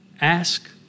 ask